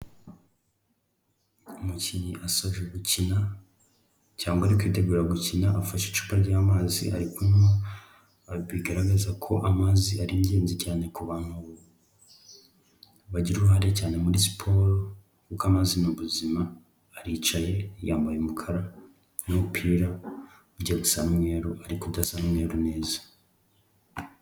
Umukinnyi asoje gukina cyangwa ari kwitegura gukina, afashe icupa ry'amazi ari kunywa, bigaragaza ko amazi ari ingenzi cyane ku bantu bagira uruhare cyane muri siporo, kuko amazi ni ubuzima, aricaye yambaye umukara n'umupira ujya gusa n'umweru ariko udasa n'umweru neza.